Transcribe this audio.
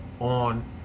on